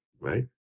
right